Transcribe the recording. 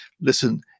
listen